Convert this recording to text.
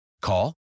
Call